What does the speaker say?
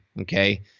Okay